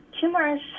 Tumors